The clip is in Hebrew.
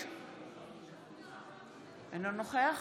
אינו נוכח